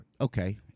Okay